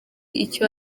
icyo